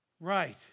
Right